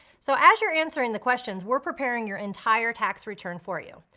so as you're answering the questions we're preparing your entire tax return for you.